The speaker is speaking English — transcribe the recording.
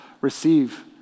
receive